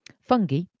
Fungi